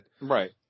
right